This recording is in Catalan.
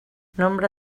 nombre